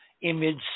image